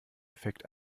effekt